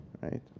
right